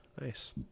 nice